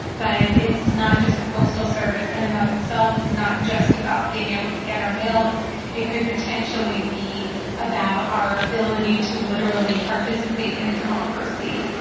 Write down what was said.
but it's not just the postal service in and of itself. it's not just about being able to get our mail. it could potentially be about our ability to literally participate in democracy.